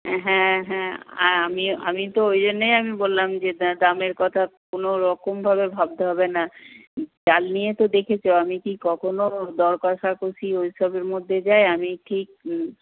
হ্যাঁ হ্যাঁ আর আমি আমি তো ওই জন্যই আমি বললাম যে দামের কথা কোনো রকমভাবে ভাবতে হবে না চাল নিয়ে তো দেখেছ আমি কি কখনও দর কষাকষি ওই সবের মধ্যে যাই আমি ঠিক